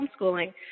homeschooling